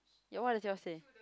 your what does yours say